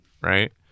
right